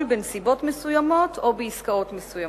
בנסיבות מסוימות או בעסקאות מסוימות.